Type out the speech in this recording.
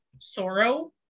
sorrow